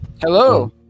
Hello